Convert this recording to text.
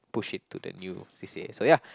push it to the new c_c_a so ya